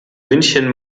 münchen